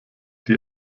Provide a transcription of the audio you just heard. die